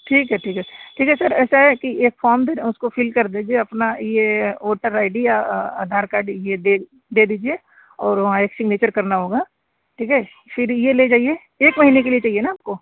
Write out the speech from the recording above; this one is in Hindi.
ठीक है ठीक है ठीक है सर ऐसा है कि एक फार्म फिर उसको फिल कर दीजिए फिर अपना ये वोटर आई डी या आधार कार्ड ये दे दे दीजिए और वहाँ एक सिग्नेचर करना होगा ठीक है फिर ये ले जाइए एक महीने के लिए चाहिए ना आपको